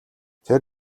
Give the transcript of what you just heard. тэр